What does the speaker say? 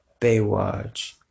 Baywatch